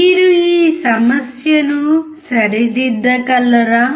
మీరు ఈ సమస్యను సరిదిద్దగలరా